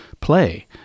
play